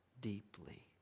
deeply